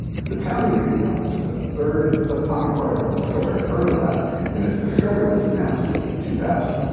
the tau neutrino was the third subatomic particle discovered at fermilab and its discovery was announced in two thousand.